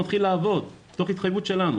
הוא מתחיל לעבוד תוך התחייבות שלנו